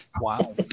wow